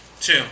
Two